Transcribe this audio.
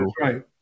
right